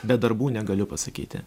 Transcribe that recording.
be darbų negaliu pasakyti